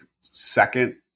second